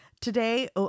Today